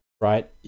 right